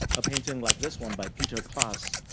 a painting like this one by peter klas,